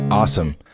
Awesome